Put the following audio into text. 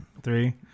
Three